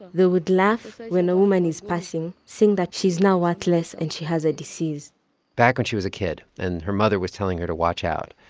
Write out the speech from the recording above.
they would laugh when a woman is passing, saying that she's now worthless this, and she has a disease back when she was a kid, and her mother was telling her to watch out,